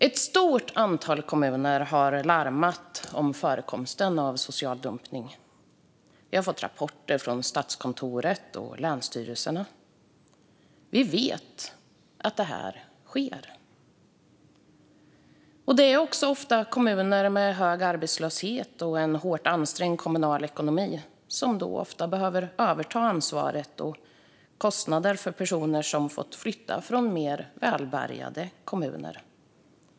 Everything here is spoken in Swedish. Ett stort antal kommuner har larmat om förekomsten av social dumpning. Vi har fått rapporter från Statskontoret och länsstyrelserna. Vi vet att detta sker. Det är ofta kommuner med hög arbetslöshet och en hårt ansträngd kommunal ekonomi som behöver överta ansvaret och kostnaderna för personer som har fått flytta från mer välbärgade kommuner.